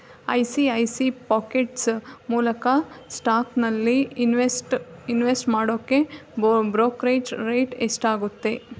I C I C pockets ಮೂಲಕ ಸ್ಟಾಕ್ನಲ್ಲಿ invest invest ಮಾಡೋಕ್ಕೆ ಬ್ರೋಕ್ರೇಜ್ ರೇಟ್ ಎಷ್ಟಾಗುತ್ತೆ